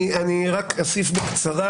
אני אוסיף בקצרה